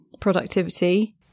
productivity